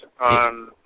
on